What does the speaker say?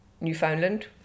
Newfoundland